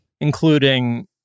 including